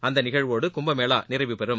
அந்தநிகழ்வோடுகும்பமேளாநிறைவுபெறும்